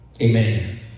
Amen